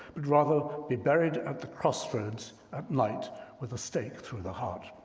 but rather be buried at the crossroads at night with a stake through the heart.